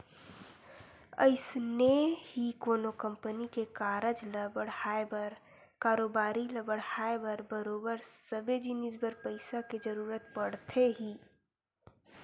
अइसने ही कोनो कंपनी के कारज ल बड़हाय बर कारोबारी ल बड़हाय बर बरोबर सबे जिनिस बर पइसा के जरुरत पड़थे ही